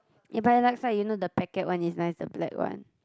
ya but like if you know the packet one is nice the black one